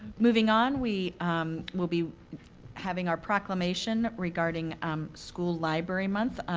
moving on, we will be having our proclamation regarding um school library month.